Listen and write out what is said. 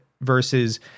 versus